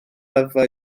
raddfa